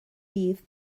bydd